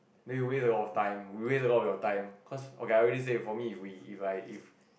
then we waste a lot of time we waste a lot of your time cause okay I already say for me if we if I if